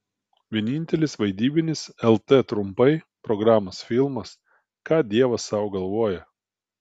vienintelis vaidybinis lt trumpai programos filmas ką dievas sau galvoja